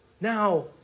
Now